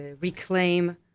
reclaim